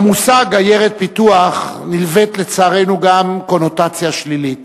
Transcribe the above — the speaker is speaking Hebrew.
למושג עיירת פיתוח נלווית לצערנו גם קונוטציה שלילית,